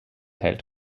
held